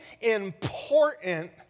important